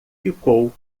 ficou